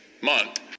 month